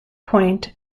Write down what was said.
point